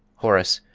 horace,